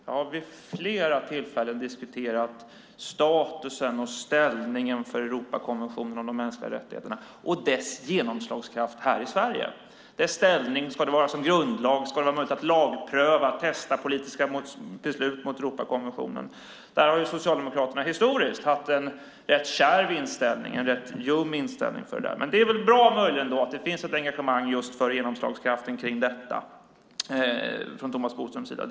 Jag har vid flera tillfällen diskuterat statusen och ställningen för Europakonventionen om de mänskliga rättigheterna och dess genomslagskraft här i Sverige, det vill säga om den ska vara som en grundlag, om det ska vara möjligt att lagpröva eller om det ska vara möjligt att testa politiska beslut mot konventionen. Där har Socialdemokraterna historiskt haft en rätt kärv, ljum, inställning. Det är väl bra att det finns ett engagemang för genomslagskraften från Thomas Bodströms sida.